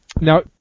Now